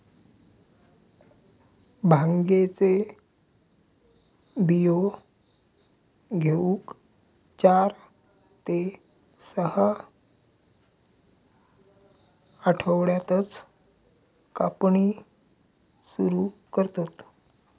भांगेचे बियो घेऊक चार ते सहा आठवड्यातच कापणी सुरू करतत